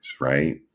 right